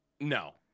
no